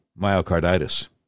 myocarditis